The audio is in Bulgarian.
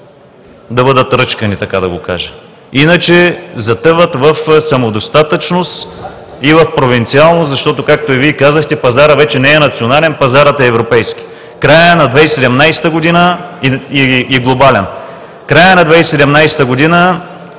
да бъдат ръчкани, така да го кажа. Иначе затъват в самодостатъчност и в провинциалност, защото, както и Вие казахте, пазарът вече не е национален, пазарът е европейски и глобален. В края на 2017 г.